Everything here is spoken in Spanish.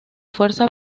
fuerza